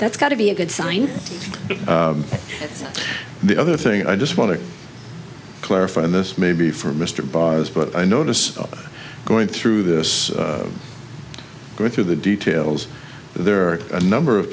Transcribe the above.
that's got to be a good sign the other thing i just want to clarify and this may be for mr baez but i notice going through this going through the details there are a number of